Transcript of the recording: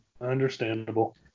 Understandable